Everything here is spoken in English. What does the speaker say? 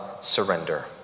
surrender